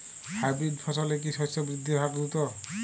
Hybrid ফসলের কি শস্য বৃদ্ধির হার দ্রুত?